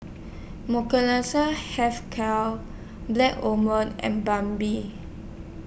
Health Care Black and Bun Bee